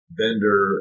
vendor